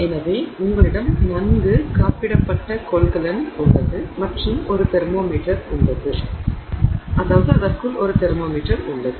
எனவே உங்களிடம் நன்கு காப்பிடப்பட்ட கொள்கலன் உள்ளது மற்றும் ஒரு தெர்மோமீட்டர் உள்ளது அதற்கு ஒரு தெர்மோமீட்டர் உள்ளது